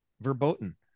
verboten